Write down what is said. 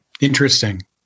Interesting